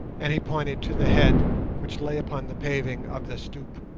and he pointed to the head which lay upon the paving of the stoep